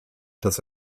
das